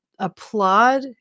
applaud